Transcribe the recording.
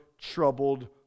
troubled